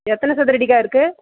எத்தனை சதுரடிக்கா இருக்குது